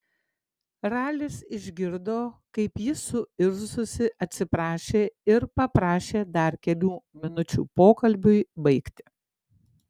ralis išgirdo kaip ji suirzusi atsiprašė ir paprašė dar kelių minučių pokalbiui baigti